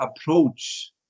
approach